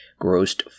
grossed